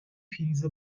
پریز